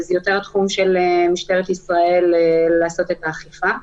זה יותר התחום של משטרת ישראל לעשות את האכיפה.